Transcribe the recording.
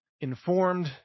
informed